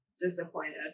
disappointed